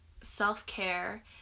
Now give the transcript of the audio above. self-care